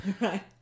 right